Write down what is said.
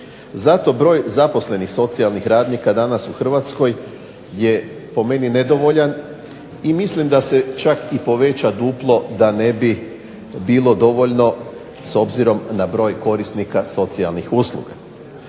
Zato broj zaposlenih socijalnih radnika danas u Hrvatskoj je po meni nedovoljan i mislim čak da se poveća duplo da ne bi bilo dovoljno s obzirom na broj korisnika socijalnih usluga.